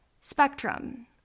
Spectrum